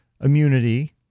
immunity